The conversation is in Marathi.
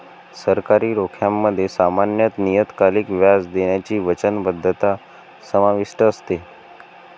सरकारी रोख्यांमध्ये सामान्यत नियतकालिक व्याज देण्याची वचनबद्धता समाविष्ट असते